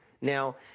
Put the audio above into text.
Now